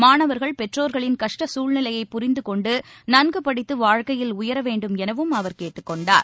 மாணவர்கள் பெற்றோர்களின் கஷ்ட சூழ்நிலையப் புரிந்து கொண்டு நன்கு படித்து வாழ்க்கையில் உயர வேண்டும் எனவும் அவர் கேட்டுக் கொண்டார்